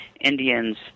Indians